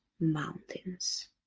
mountains